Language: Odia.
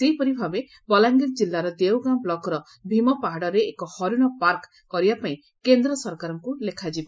ସେହିପରି ଭାବେ ବଲାଙ୍ଗିର ଜିଲ୍ଲାର ଦେଓଗାଁ ବ୍ଲକର ଭୀମ ପାହାଡ଼ରେ ଏକ ହରିଶ ପାର୍କ କରିବା ପାଇଁ କେନ୍ଦ୍ର ସରକାରଙ୍କୁ ଲେଖାଯିବ